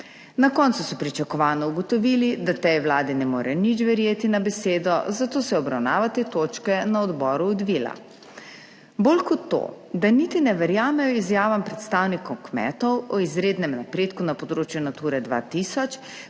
Na koncu so pričakovano ugotovili, da tej Vladi ne more nič verjeti na besedo, zato se je obravnava te točke na odboru odvila bolj kot to, da niti ne verjamejo izjavam predstavnikov kmetov o izrednem napredku na področju Nature 2000.